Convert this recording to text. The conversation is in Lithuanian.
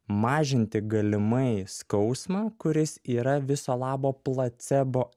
mažinti galimai skausmą kuris yra viso labo placebo